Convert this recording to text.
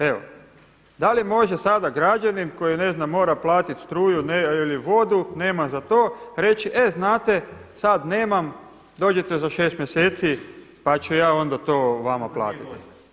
Evo da li može sada građanin koji ne znam mora platiti struju ili vodu nema za to reći e znate sad nemam dođite za 6 mjeseci pa ću ja onda to vama platiti?